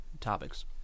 topics